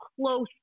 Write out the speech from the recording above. close